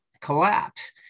collapse